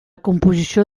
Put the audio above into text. composició